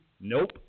nope